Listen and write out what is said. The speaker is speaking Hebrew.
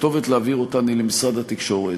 הכתובת שאליה יש להעביר אותן היא משרד התקשורת.